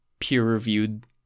peer-reviewed